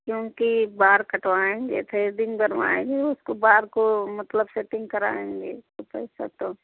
क्योंकि बाल कटवाएँगे थ्रेडिंग करवाएँगे उसको बाल को मतलब सेटिंग कराएँगे तो पैसा तो